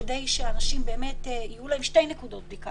כדי שאנשים יהיו להם שתי נקודות בדיקה,